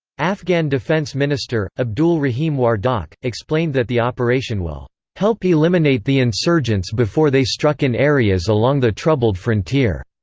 afghan defense minister, abdul rahim wardak, explained that the operation will help eliminate the insurgents before they struck in areas along the troubled frontier.